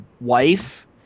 wife